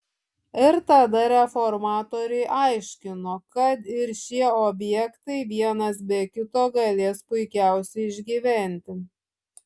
ir tada reformatoriai aiškino kad ir šie objektai vienas be kito galės puikiausiai išgyventi